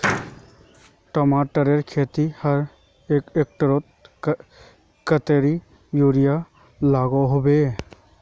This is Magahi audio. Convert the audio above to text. टमाटरेर खेतीत हर एकड़ोत कतेरी यूरिया लागोहो होबे?